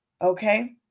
Okay